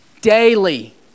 daily